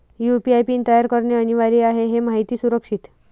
UPI PIN तयार करणे अनिवार्य आहे हे माहिती सुरक्षित